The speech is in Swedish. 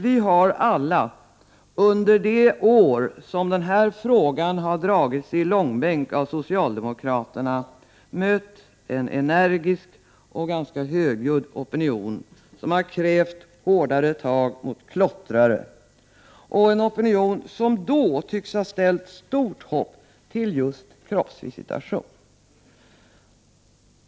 Vi har alla, under de år då den här frågan har dragits i långbänk av socialdemokraterna, mött en energisk och ganska högljudd opinion som har krävt hårdare tag mot klottrare — en opinion som då tycks ha satt stort hopp till just kroppsvisitation.